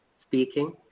speaking